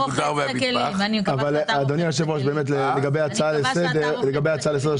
אדוני היושב ראש, לגבי ההצעה לסדר,